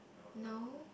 no